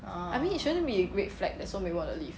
I mean it shouldn't be a red flag that somebody want to leave